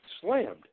slammed